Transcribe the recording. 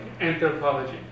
anthropology